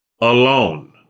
alone